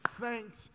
thanks